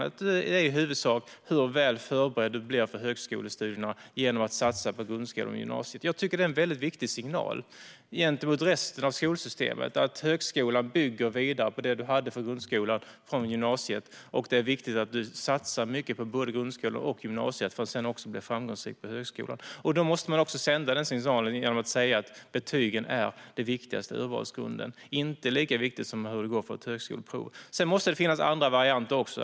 För att vara väl förberedd för högskolestudier måste de satsa i grundskolan och gymnasiet. Det är en viktig signal till resten av skolsystemet att högskolan bygger vidare på det man har med sig från grundskolan och gymnasiet och att det är viktigt att man satsar mycket där för att bli framgångsrik på högskolan. Därför måste vi också sända signalen att betygen viktigare än högskoleprovet som urvalsgrund. Det måste finnas andra varianter också.